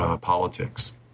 politics